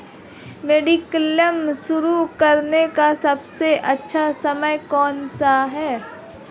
Mediclaim शुरू करने का सबसे अच्छा समय कौनसा है?